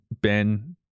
Ben